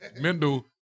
Mendel